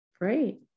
Great